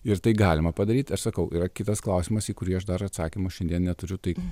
ir tai galima padaryt aš sakau yra kitas klausimas į kurį aš dar atsakymo šiandien neturiu tai